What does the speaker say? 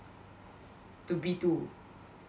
to B two